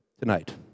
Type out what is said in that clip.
tonight